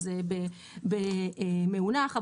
זה במאונך,